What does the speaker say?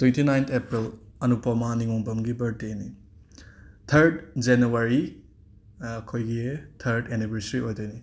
twenty nine April ꯑꯅꯨꯄꯃꯥ ꯅꯤꯉꯣꯝꯕꯝꯒꯤ ꯕꯥꯔꯗꯦꯅꯤ ꯊꯔꯠ ꯖꯦꯅꯋꯥꯔꯤ ꯑꯩꯈꯣꯏꯒꯤ ꯊꯔꯠ ꯑꯅꯤꯕꯔꯁꯔꯤ ꯑꯣꯏꯗꯣꯏꯅꯤ